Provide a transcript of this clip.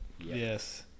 Yes